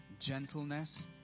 gentleness